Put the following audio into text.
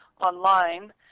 online